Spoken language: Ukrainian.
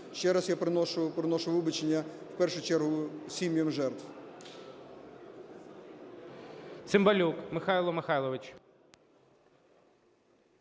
Ще раз я приношу вибачення в першу чергу сім'ям жертв.